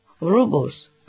rubles